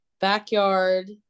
backyard